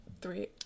three